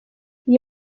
iyi